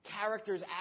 characters